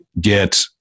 get